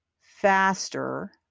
faster